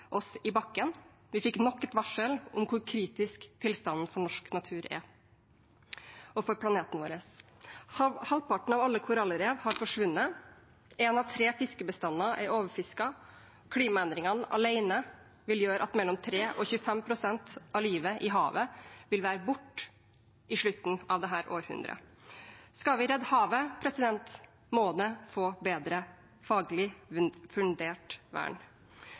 bakken. Vi fikk nok et varsel om hvor kritisk tilstanden for norsk natur og for planeten vår er. Halvparten av alle korallrev har forsvunnet. Én av tre fiskebestander er overfisket. Klimaendringene alene vil gjøre at mellom 3 pst. og 25 pst. av livet i havet vil være borte i slutten av dette århundret. Skal vi redde havet, må det få et bedre faglig fundert vern.